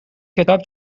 کتاب